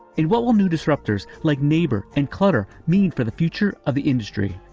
and what will new disruptors like neighbor and clutter mean for the future of the industry?